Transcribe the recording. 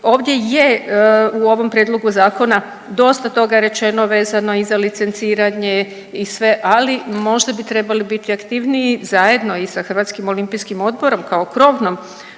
ovdje je u ovom prijedlogu zakona dosta toga rečeno vezano i za licenciranje i sve, ali možda bi trebali biti aktivniji zajedno i sa HOO kao krovnom